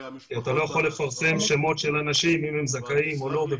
אתה לא יכול לפרסם שמות של אנשים אם הם זכאים או לא.